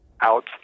out